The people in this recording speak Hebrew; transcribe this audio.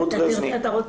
רות רזניק.